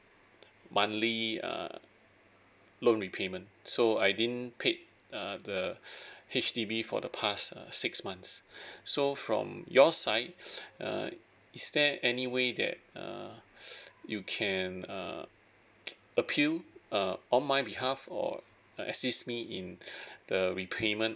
monthly err loan repayment so I didn't pay err the H_D_B for the past uh six months so from your side err is there any way that err you can err appeal err on my behalf or assist me in the repayment